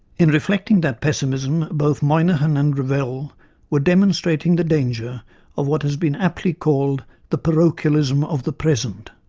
in reflecting that pessimism, both moynihan and revel were demonstrating the danger of what has been aptly called the parochialism of the present